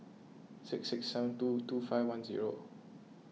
six six seven two two five one zero